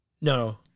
No